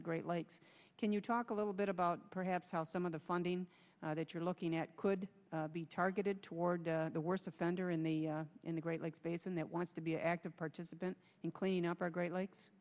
the great lakes can you talk a little bit about perhaps how some of the funding that you're looking at could be targeted toward the worst offender in the in the great lakes basin that wants to be an active participant in clean up our great lakes